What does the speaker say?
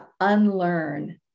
unlearn